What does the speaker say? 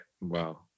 Wow